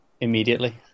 Immediately